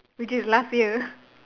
which is last year